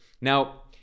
Now